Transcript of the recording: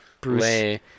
Bruce